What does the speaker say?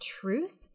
truth